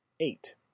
Eight